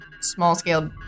small-scale